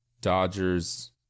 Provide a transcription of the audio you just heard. Dodgers